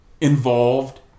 involved